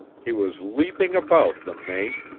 he was leaping about the mate,